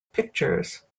pictures